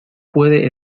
puede